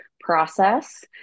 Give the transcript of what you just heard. process